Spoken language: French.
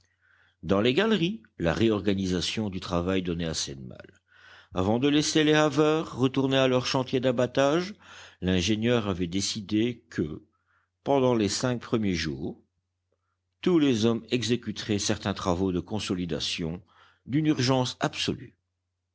dans les galeries la réorganisation du travail donnait assez de mal avant de laisser les haveurs retourner à leur chantier d'abattage l'ingénieur avait décidé que pendant les cinq premiers jours tous les hommes exécuteraient certains travaux de consolidation d'une urgence absolue